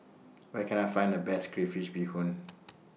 Where Can I Find The Best Crayfish Beehoon